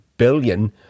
Billion